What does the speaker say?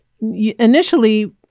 initially